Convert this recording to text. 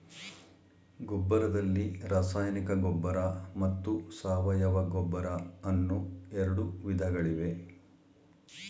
ಗೊಬ್ಬರದಲ್ಲಿ ರಾಸಾಯನಿಕ ಗೊಬ್ಬರ ಮತ್ತು ಸಾವಯವ ಗೊಬ್ಬರ ಅನ್ನೂ ಎರಡು ವಿಧಗಳಿವೆ